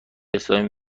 اسلامی